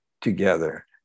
together